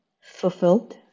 fulfilled